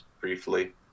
briefly